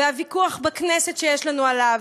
והוויכוח בכנסת שיש לנו עליו,